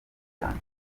cyane